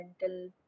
mental